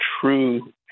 true